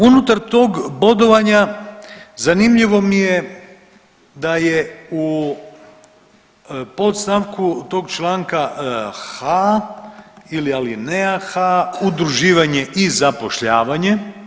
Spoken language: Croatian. Unutar tog bodovanja zanimljivo mi je da je u podstavku tog članka h) ili alineja h) udruživanje i zapošljavanje.